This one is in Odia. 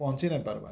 ପହଞ୍ଚି ନାଇ ପାରାବାର୍